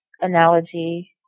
analogy